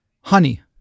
honey